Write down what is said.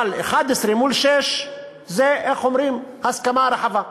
אבל 11 מול שישה זה, איך אומרים, הסכמה רחבה.